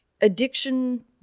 addiction